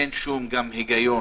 אין שום היגיון